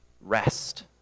rest